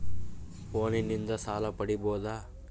ಫೋನಿನಿಂದ ಸಾಲ ಪಡೇಬೋದ?